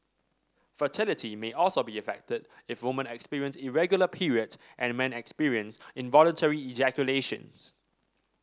fertility may also be affected if women experience irregular periods and men experience involuntary ejaculations